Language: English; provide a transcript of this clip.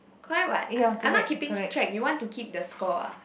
correct what I'm not keeping track you want to keep the score ah